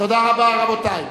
תודה רבה, רבותי.